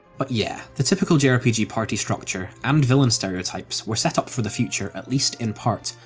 but yeah, the typical jrpg party structure, and villain stereotypes, were set up for the future, at least in part,